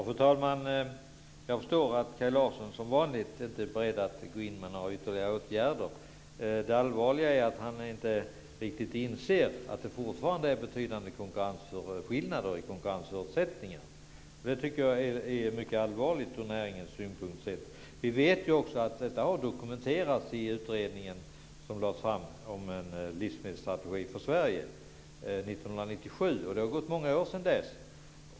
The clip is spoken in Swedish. Fru talman! Jag förstår att Kaj Larsson som vanligt inte är beredd att vidta några ytterligare åtgärder. Det allvarliga är att han inte riktigt inser att det fortfarande råder betydande skillnader när det gäller konkurrensförutsättningar. Det är mycket allvarligt ur näringens synpunkt. Vi vet att detta har dokumenterats i utredningen 1997. Det har gått många år sedan dess.